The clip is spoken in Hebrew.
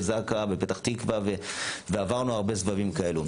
זק"א בפתח תקווה ועברנו הרבה סבבים כאלו.